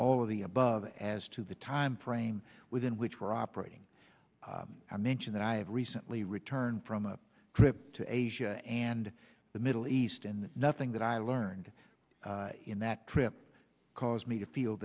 all of the above as to the time frame within which we're operating i mention that i have recently returned from a trip to asia and the middle east and nothing that i learned in that trip caused me to feel